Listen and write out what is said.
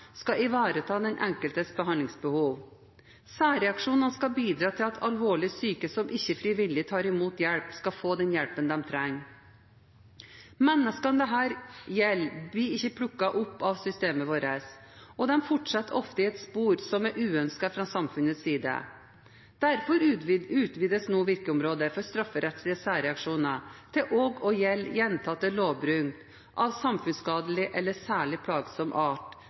skal ivareta den enkeltes behandlingsbehov. Særreaksjonene skal bidra til at alvorlig psykisk syke som ikke frivillig tar imot hjelp, skal få den hjelpen de trenger. Menneskene dette gjelder, blir ikke plukket opp av systemet vårt, og de fortsetter ofte i et spor som er uønsket fra samfunnets side. Derfor utvides nå virkeområdet for strafferettslige særreaksjoner til også å gjelde gjentatte lovbrudd av samfunnsskadelig eller særlig plagsom art